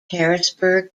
harrisburg